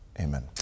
Amen